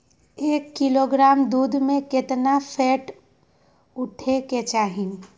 एक किलोग्राम दूध में केतना फैट उठे के चाही?